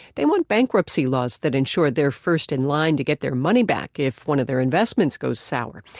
they want bankruptcy laws that ensure they're first in line to get their money back if one of their investments goes sour.